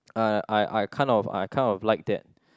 uh I I kind of I kind of like that